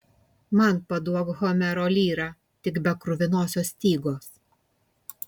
man paduok homero lyrą tik be kruvinosios stygos